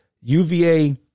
UVA